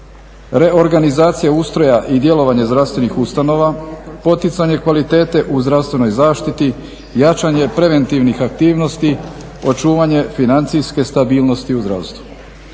reorganizacije ustroja i djelovanje zdravstvenih ustanova, poticanje kvalitete u zdravstvenoj zaštiti, jačanje preventivnih aktivnosti, očuvanje financijske stabilnosti u zdravstvu.